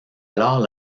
alors